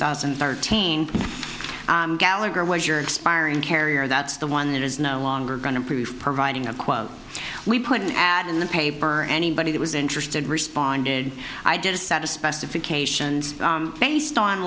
thousand and thirteen gallagher was your expiring carrier that's the one that is no longer going to approve providing a quote we put an ad in the paper anybody that was interested responded i did a set of specifications based on